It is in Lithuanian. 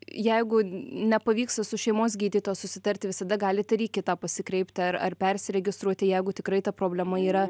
jeigu nepavyksta su šeimos gydytoja susitarti visada galit ir į kitą pasikreipti ar ar persiregistruoti jeigu tikrai ta problema yra